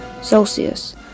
Celsius